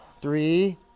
Three